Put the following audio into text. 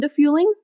underfueling